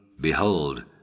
behold